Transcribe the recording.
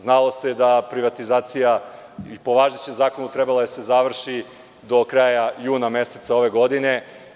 Znalo se da je privatizacija i po važećem zakonu trebala da se završi do kraja juna meseca ove godine.